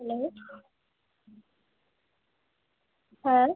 hello হ্যাঁ